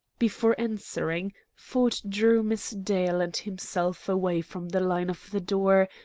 before answering, ford drew miss dale and himself away from the line of the door,